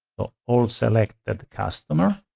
so allselected customer.